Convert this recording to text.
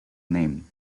name